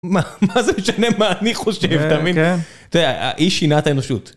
מה, מה זה משנה מה אני חושב, אתה מבין? תראה, האיש שינה את האנושות.